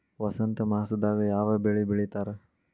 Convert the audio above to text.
ವಸಂತ ಮಾಸದಾಗ್ ಯಾವ ಬೆಳಿ ಬೆಳಿತಾರ?